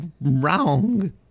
wrong